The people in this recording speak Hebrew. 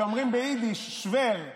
שאומרים ביידיש "שוועאר",